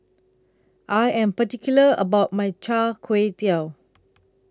I Am particular about My Char Kway Teow